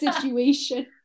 situation